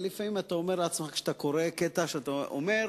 אבל כשאתה קורא קטע לפעמים אתה אומר,